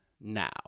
now